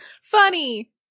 Funny